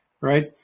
right